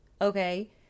okay